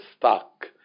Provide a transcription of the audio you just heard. stuck